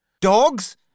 Dogs